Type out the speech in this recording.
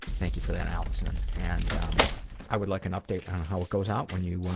thank you for that, allison. and um i would like an update on how it goes out when you,